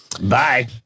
Bye